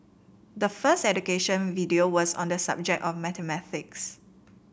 the first education video was on the subject of mathematics